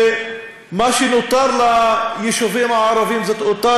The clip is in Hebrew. ומה שנותר ליישובים הערביים זה אותם